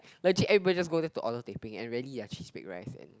legit everybody just go there to order teh peng and rarely their cheese baked rice and